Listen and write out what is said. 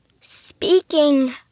speaking